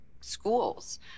schools